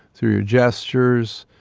through your gestures,